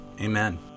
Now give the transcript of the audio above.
Amen